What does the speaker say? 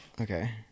Okay